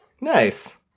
nice